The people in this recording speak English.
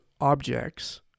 objects